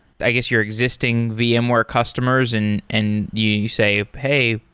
i guess, your existing vmware customers and and you you say, ah hey,